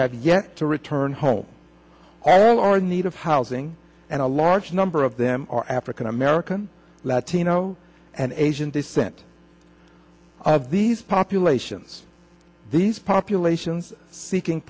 have yet to return home all are in need of housing and a large number of them are african american latino and asian descent of these populations these populations seeking